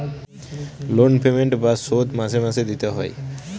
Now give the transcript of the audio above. loan payment বা শোধ মাসে মাসে দিতে হয়